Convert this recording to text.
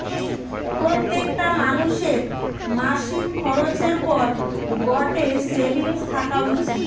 প্রত্যেকটা মানুষের মাসিক খরচের পর গটে সেভিংস থাকা উচিত